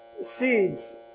Seeds